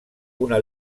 una